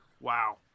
Wow